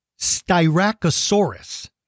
Styracosaurus